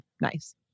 nice